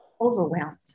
overwhelmed